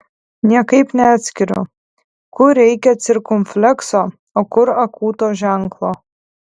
niekaip neatskiriu kur reikia cirkumflekso o kur akūto ženklo